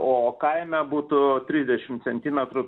o kaime būtų trisdešimt centimetrų